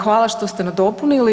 Hvala što ste dopunili.